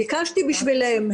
ביקשתי בשבילם,